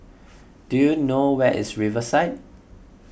do you know where is Riverside